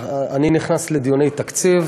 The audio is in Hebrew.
אני נכנס לדיוני תקציב